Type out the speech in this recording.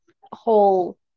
whole